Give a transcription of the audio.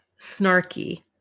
snarky